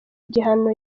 igihano